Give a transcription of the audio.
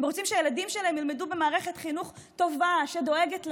הם רוצים שהילדים שלהם ילמדו במערכת חינוך טובה שדואגת להם,